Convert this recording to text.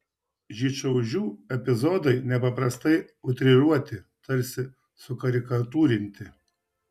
žydšaudžių epizodai nepaprastai utriruoti tarsi sukarikatūrinti